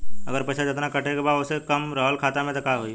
अगर पैसा जेतना कटे के बा ओसे कम रहल खाता मे त का होई?